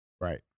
Right